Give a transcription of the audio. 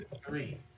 Three